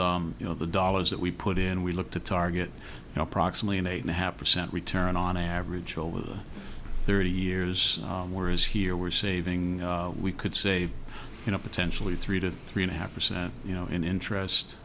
because you know the dollars that we put in we look to target approximately an eight and a half percent return on average over thirty years whereas here we're saving we could save you know potentially three to three and a half percent you know in interest